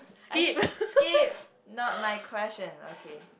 I skip not my question okay